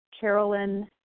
Carolyn